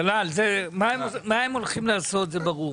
דלל, מה הם הולכים לעשות זה ברור.